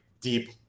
deep